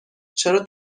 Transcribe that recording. چرا